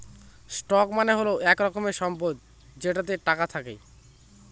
stock মানে হল এক রকমের সম্পদ যেটাতে টাকা থাকে